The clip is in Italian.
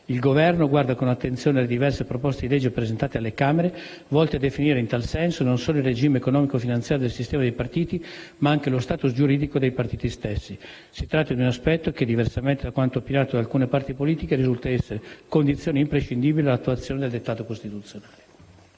il Governo guarda con attenzione alle diverse proposte di legge presentate alle Camere, volte a definire in tal senso non solo il regime economico-finanziario del sistema dei partiti, ma anche lo *status* giuridico dei partiti stessi. Si tratta di un aspetto che, diversamente da quanto opinato da alcune parti politiche, risulta essere condizione imprescindibile dell'attuazione del dettato costituzionale.